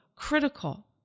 Critical